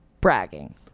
bragging